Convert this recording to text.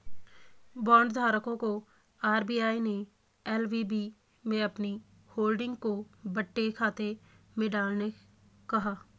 bond धारकों को RBI ने एल.वी.बी में अपनी होल्डिंग को बट्टे खाते में डालने कहा